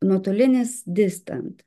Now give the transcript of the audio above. nuotolinis distant